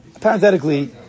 Parenthetically